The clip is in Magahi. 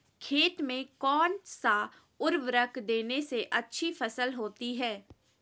खेत में कौन सा उर्वरक देने से अच्छी फसल होती है?